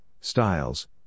styles